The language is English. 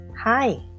Hi